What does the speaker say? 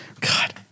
God